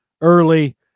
early